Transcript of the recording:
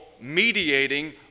mediating